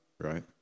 right